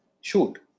shoot